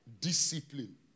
Discipline